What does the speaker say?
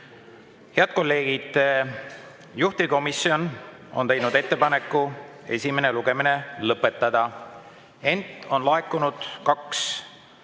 Head kolleegid! Juhtivkomisjon on teinud ettepaneku esimene lugemine lõpetada, ent on laekunud kaks